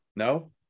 No